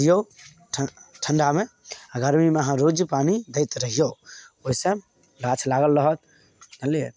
दिऔ ठन ठण्डामे आओर गरमीमे अहाँ रोज पानी दैत रहिऔ ओहिसे गाछ लागल रहत जानलिए